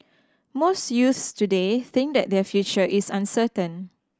most youths today think that their future is uncertain